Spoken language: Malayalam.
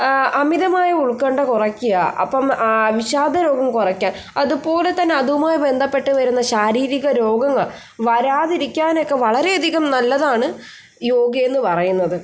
അമിതമായ ഉൽകണ്ഠ കുറയ്ക്കുക അപ്പം വിഷാദരോഗം കുറയ്ക്കാൻ അതുപോലെത്തന്നെ അതുമായി ബന്ധപ്പെട്ട് വരുന്ന ശാരീരിക രോഗങ്ങൾ വരാതിരിക്കാനൊക്കെ വളരെയധികം നല്ലതാണ് യോഗ എന്ന് പറയുന്നത്